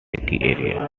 area